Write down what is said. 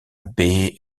baie